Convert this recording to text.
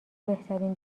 بهترین